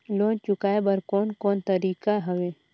Loan चुकाए बर कोन कोन तरीका हवे?